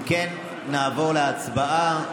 אם כן, נעבור להצבעה.